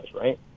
right